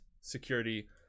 security